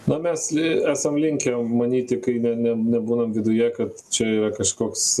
na mes li esam linkę manyti kai ne nebūnam viduje kad čia yra kažkoks